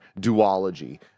duology